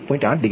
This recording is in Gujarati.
8 ડિગ્રી છે